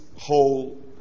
whole